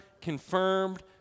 confirmed